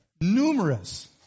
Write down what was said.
numerous